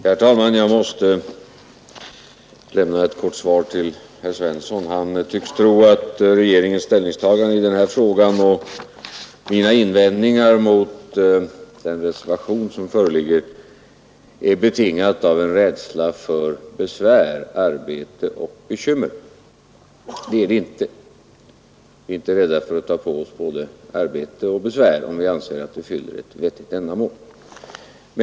Herr talman! Jag måste lämna ett kort svar till herr Svensson i Kungälv. Han tycks tro att regeringens ställningstagande i denna fråga och mina invändningar mot den reservation som föreligger betingas av en rädsla för besvär, arbete och bekymmer. Det är inte så. Vi är inte rädda för att ta på oss både arbete och besvär, om vi anser att det fyller ett vettigt ändamål.